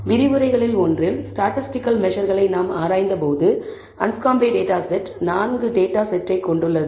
விரிவுரைகளில் ஒன்றில் ஸ்டாட்டிஸ்டிக்கல் மெஸர்களை நாம் ஆராய்ந்தபோது அன்ஸ்காம்ப் டேட்டா செட் 4 டேட்டா செட்டை கொண்டுள்ளது